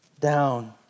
down